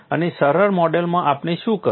અને સરળ મોડેલમાં આપણે શું કર્યું